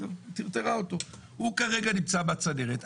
הוא כרגע נמצא בצנרת.